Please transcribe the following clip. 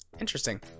Interesting